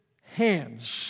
hands